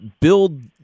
build